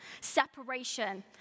Separation